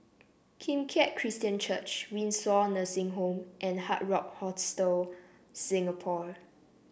Kim Keat Christian Church Windsor Nursing Home and Hard Rock Hostel Singapore